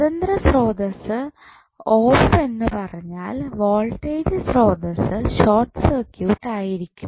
സ്വതന്ത്ര സ്രോതസ്സ് ഓഫ് എന്ന് പറഞ്ഞാൽ വോൾട്ടേജ് സ്രോതസ്സ് ഷോർട്ട് സർക്യൂട്ട് ആയിരിക്കും